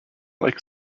like